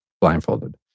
blindfolded